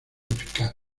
eficaz